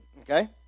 okay